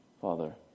Father